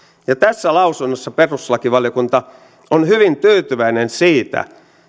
tässä lausunnossa perustuslakivaliokunta on hyvin tyytyväinen siitä